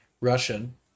Russian